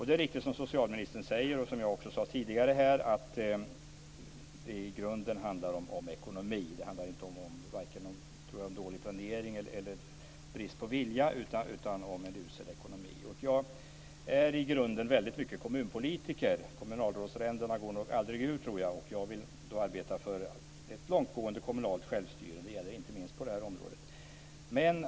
Det är riktigt som socialministern säger, och som jag också sade tidigare, att det i grunden handlar om ekonomi. Det handlar varken om dålig planering eller brist på vilja utan om en usel ekonomi. Jag är i grunden väldigt mycket kommunpolitiker. Kommunalrådsränderna går nog aldrig ur. Jag vill arbeta för ett långtgående kommunalt självstyre, och det gäller inte minst på detta område.